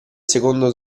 secondo